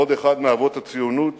עוד אחד מאבות הציונות